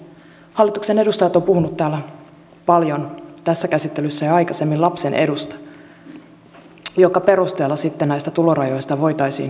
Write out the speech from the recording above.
hallituksen edustajat ovat puhuneet täällä paljon tässä käsittelyssä ja aikaisemmin lapsen edusta jonka perusteella sitten näistä tulorajoista voitaisiin poiketa